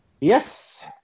Yes